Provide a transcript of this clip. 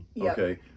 Okay